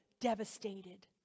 devastated